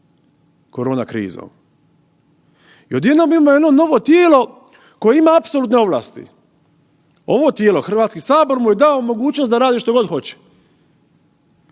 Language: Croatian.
korona krizom. I odjednom imamo jedno novo tijelo koje ima apsolutne ovlasti, ovo tijelo Hrvatski sabor mu je dao mogućnost da radi što god hoće.